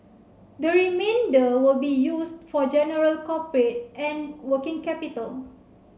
the remainder will be used for general corporate and working capital